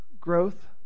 growth